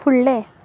फुडलें